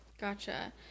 Gotcha